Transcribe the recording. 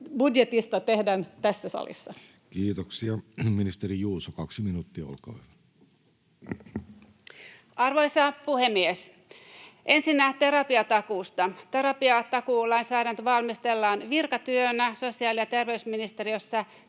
budjetista tehdään tässä salissa. Kiitoksia. — Ministeri Juuso, kaksi minuuttia, olkaa hyvä. Arvoisa puhemies! Ensinnä terapiatakuusta: Terapiatakuulainsäädäntö valmistellaan virkatyönä sosiaali- ja terveysministeriössä.